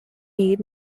mead